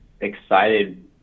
excited